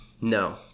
No